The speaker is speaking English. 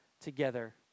together